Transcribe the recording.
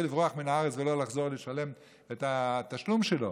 לברוח לארץ ולא לחזור ולשלם את התשלום שלו,